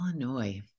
Illinois